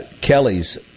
Kelly's